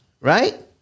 right